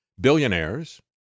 billionaires